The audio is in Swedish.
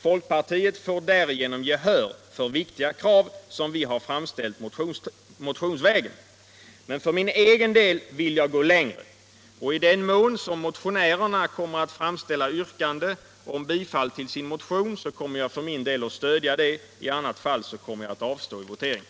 Folkpartviet får därigenom gehör för viktiga krav som vi har framställt motionsviägen. Mcen för egen del vill jag gå längre, och i den mån som motionärerna - framställer yrkande om bifall till sin motion kommer jag all stödja det. I annat fall kommer jag att avstå vid voteringen.